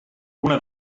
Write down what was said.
una